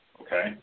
Okay